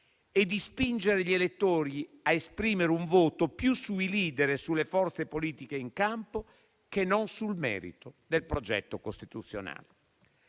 e di spingere gli elettori a esprimere un voto più sui *leader* e sulle forze politiche in campo che non sul merito del progetto costituzionale.